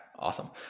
Awesome